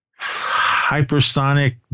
hypersonic